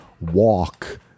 walk